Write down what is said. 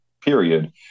period